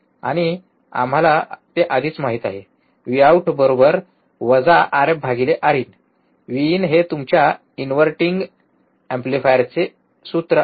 आणि आम्हाला ते आधीच माहित आहे Vout RfRin Vin हे तुमच्या इनव्हर्टिंग एम्प्लीफायरचे सूत्र आहे